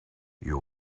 you